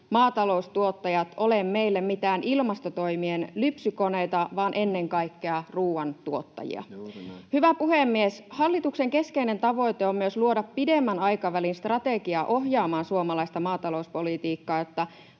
maataloustuottajat ole meille mitään ilmastotoimien lypsykoneita, vaan ennen kaikkea ruuan tuottajia. Hyvä puhemies! Hallituksen keskeinen tavoite on myös luoda pidemmän aikavälin strategia ohjaamaan suomalaista maatalouspolitiikkaa, jotta